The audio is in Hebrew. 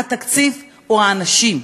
התקציב הוא האנשים.